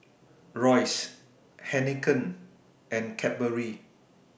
Royce Heinekein and Cadbury